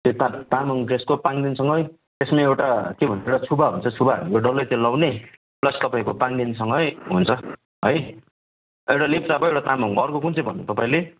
त्यो त तामाङ ड्रेसको पाङ्देनसँगै त्यसमा एउटा के भन्छ छुबा हुन्छ छुबा यो डल्लै त्यो लाउने प्लस तपाईँको पाङ्देनसँगै हुन्छ है एउटा लेप्चाको एउटा तामाङको अर्को कुन चाहिँ भन्यो तपाईँले